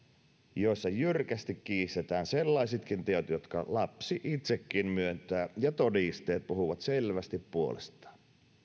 joissa jyrkästi kiistetään sellaisetkin teot jotka lapsi itsekin myöntää ja vaikka todisteet puhuvat selvästi puolestaan